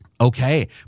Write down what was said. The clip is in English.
Okay